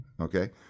okay